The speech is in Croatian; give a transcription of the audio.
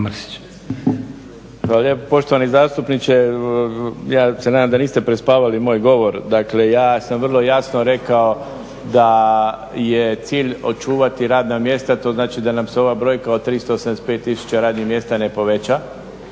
Poštovani zastupniče, ja se nadam da niste prespavali moj govor. Dakle, ja sam vrlo jasno rekao da je cilj očuvati radna mjesta, to znači da nam se ova brojka od 385 tisuća radnih mjesta ne poveća.